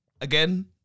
again